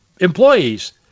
employees